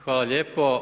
Hvala lijepo.